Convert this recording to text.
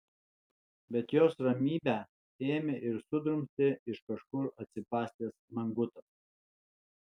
bet jos ramybę ėmė ir sudrumstė iš kažkur atsibastęs mangutas